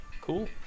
Cool